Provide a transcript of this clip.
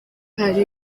hari